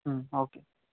okay